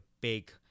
big